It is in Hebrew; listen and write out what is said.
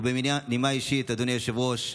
ובנימה אישית, אדוני היושב-ראש,